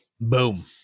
Boom